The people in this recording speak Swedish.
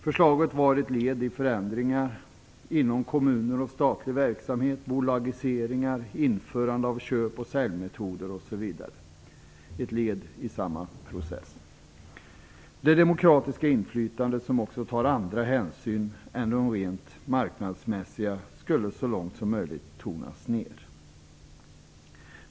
Förslaget var ett led i samma process som ledde till förändringar inom kommuner och statlig verksamhet i form av bolagiseringar, införande av köp-ochsälj-metoder osv. Det demokratiska inflytandet, som också tar andra hänsyn än de rent marknadsmässiga, skulle så långt möjligt tonas ned.